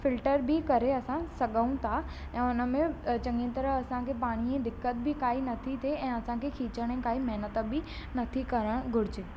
filter बि करे असां सघऊं था ऐं हुन में चङी तरह असांखे पाणी जी दिक़त बि काई नथी थिए ऐं असां खे खीचण जी काई महिनत बि नथी करणु घुरिजे